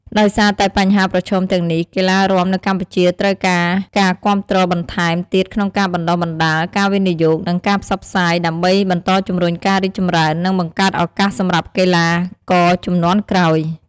ដោយសារតែបញ្ហាប្រឈមទាំងនេះ កីឡារាំនៅកម្ពុជាត្រូវការការគាំទ្របន្ថែមទៀតក្នុងការបណ្តុះបណ្តាល ការវិនិយោគ និងការផ្សព្វផ្សាយ ដើម្បីបន្តជំរុញការរីកចម្រើន និងបង្កើតឱកាសសម្រាប់កីឡា ករជំនាន់ក្រោយ។